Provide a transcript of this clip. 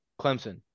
Clemson